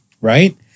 Right